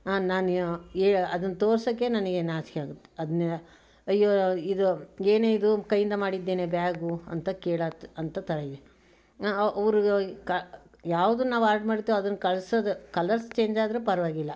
ನಾನು ಅದನ್ನು ತೋರ್ಸೋಕ್ಕೆ ನನಗೆ ನಾಚಿಕೆ ಆಗತ್ತೆ ಅದನ್ನು ಅಯ್ಯೋ ಇದು ಏನೇ ಇದು ಕೈಯಿಂದ ಮಾಡಿದ್ದೇನೇ ಬ್ಯಾಗು ಅಂತ ಕೇಳೋತ್ ಅಂತ ಥರ ಇದೆ ಅವರು ಕ ಯಾವುದನ್ನಾವು ಆರ್ಡ್ ಮಾಡ್ತೀವೋ ಅದನ್ನು ಕಳಿಸೋದು ಕಲರ್ಸ್ ಚೇಂಜ್ ಆದರೆ ಪರವಾಗಿಲ್ಲ